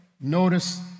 notice